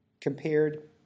compared